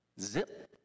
Zip